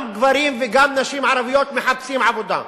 גם גברים ערבים וגם נשים ערביות מחפשים עבודה.